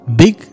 big